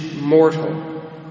mortal